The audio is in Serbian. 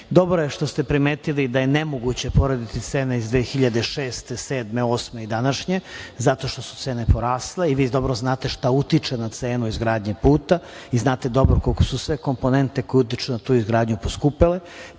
Dobro je što ste primetili da je nemoguće porediti cene iz 2006, 2007. i 2008. godine i današnje zato što su cene porasle i dobro znate šta utiče na cenu izgradnje puta i znate dobro koliko su sve komponente koje utiču na tu izgradnju poskupele.